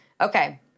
Okay